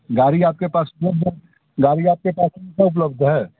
गाड़ी आपके पास कौनसा गाड़ी आपके पास में उपलब्ध है